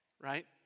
right